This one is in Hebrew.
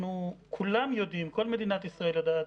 וכולם יודעים, כל מדינת ישראל יודעת,